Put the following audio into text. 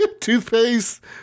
Toothpaste